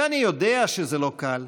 ואני יודע שזה לא קל,